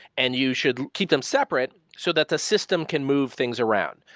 and you should keep them separate so that the system can move things around.